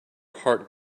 heart